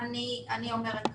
אני אומרת כך,